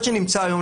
שנמצא היום,